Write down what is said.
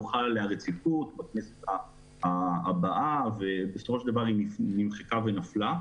הוחלה עליה רציפות בכנסת הבאה ובסופו של דבר היא נמחקה ונפלה.